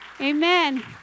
Amen